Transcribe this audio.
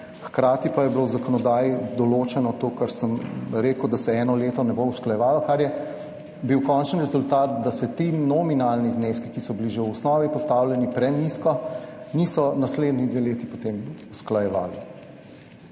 hkrati pa je bilo v zakonodaji določeno to, kar sem rekel, da se eno leto ne bo usklajevalo. Končni rezultat je bil, da se ti nominalni zneski, ki so bili že v osnovi postavljeni prenizko, potem niso naslednji dve leti usklajevali.